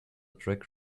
drag